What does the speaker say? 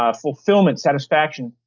ah fulfillment, satisfaction,